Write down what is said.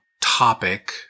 topic